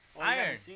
Iron